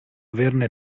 averne